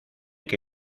que